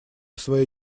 своей